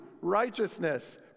righteousness